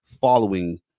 following